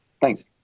Thanks